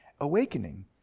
Awakening